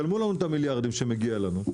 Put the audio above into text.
שלמו לנו את המיליארדים שמגיע לנו.